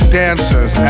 dancers